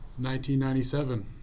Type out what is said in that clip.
1997